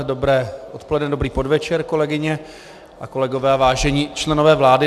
Dobré odpoledne, dobrý podvečer, kolegyně a kolegové a vážení členové vlády.